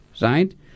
right